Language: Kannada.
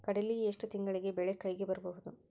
ಕಡಲಿ ಎಷ್ಟು ತಿಂಗಳಿಗೆ ಬೆಳೆ ಕೈಗೆ ಬರಬಹುದು?